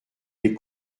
les